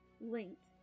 linked